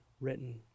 written